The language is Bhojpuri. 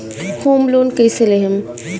होम लोन कैसे लेहम?